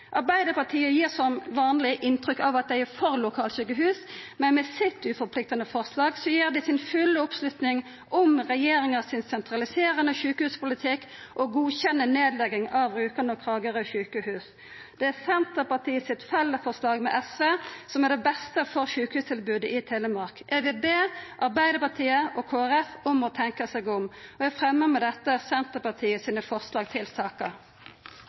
Arbeidarpartiet gir som vanleg inntrykk av at dei er for lokalsjukehus, men med sitt uforpliktande forslag gir dei si fulle oppslutning til regjeringa si sentraliserande sjukehuspolitikk og godkjenner nedlegging av sjukehusa i Rjukan og Kragerø. Det er Senterpartiet sitt fellesforslag med SV som er det beste for sjukehustilbodet i Telemark. Eg vil be Arbeidarpartiet og Kristeleg Folkeparti om å tenkja seg om. Eg fremmer med dette Senterpartiet sine forslag til saka.